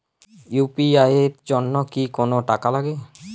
UPI এর জন্য কি কোনো টাকা লাগে?